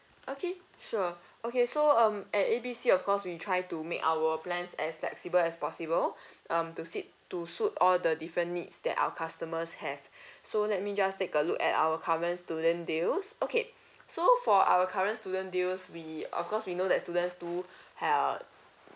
okay sure okay so um at A B C of course we try to make our plans as flexible as possible um to sit to suit all the different needs that our customers have so let me just take a look at our current student deals okay so for our current student deals we of course we know students do ha~